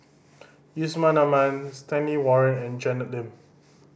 Yusman Aman Stanley Warren and Janet Lim